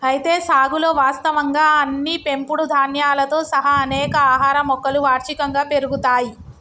అయితే సాగులో వాస్తవంగా అన్ని పెంపుడు ధాన్యాలతో సహా అనేక ఆహార మొక్కలు వార్షికంగా పెరుగుతాయి